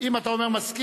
אם אתה אומר "מסכים",